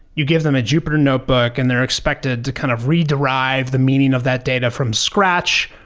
you give them a jupiter notebook and they're expected to kind of re-derive the meaning of that data from scratch,